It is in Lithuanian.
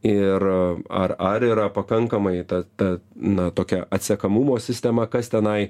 ir ar ar yra pakankamai ta ta na tokia atsekamumo sistema kas tenai